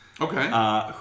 Okay